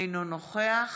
אינו נוכח